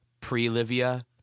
Pre-Livia